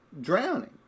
drowning